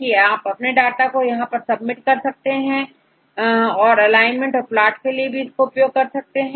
तो आप अपने डेटा को यहां पर सबमिट कर सकते हैं और एलाइनमेंट तथा प्लॉट के लिए उपयोग कर सकते हैं